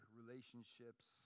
relationships